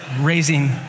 raising